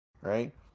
right